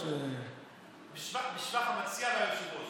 בשבח המציע והיושב-ראש.